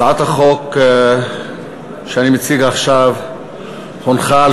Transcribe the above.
הצעת החוק שאני מציג עכשיו הונחה על